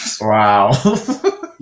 Wow